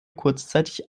kurzzeitig